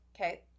Okay